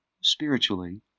spiritually